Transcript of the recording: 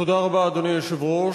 תודה רבה, אדוני היושב-ראש.